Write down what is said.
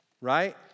right